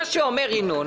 מה שאומר ינון,